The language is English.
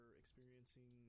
experiencing